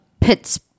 pits